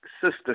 sister